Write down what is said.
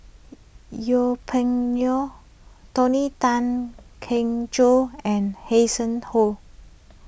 Yeng Pway Ngon Tony Tan Keng Joo and Hanson Ho